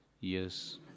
Yes